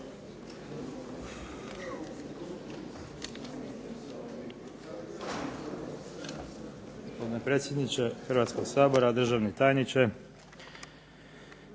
Hvala.